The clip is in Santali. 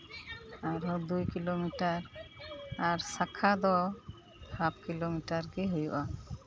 ᱟᱨᱦᱚᱸ ᱫᱩᱭ ᱠᱤᱞᱳᱢᱤᱴᱟᱨ ᱟᱨ ᱥᱟᱠᱷᱟ ᱫᱚ ᱦᱟᱯᱷ ᱠᱤᱞᱳᱢᱤᱴᱟᱨ ᱜᱮ ᱦᱩᱭᱩᱜᱼᱟ